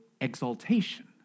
exaltation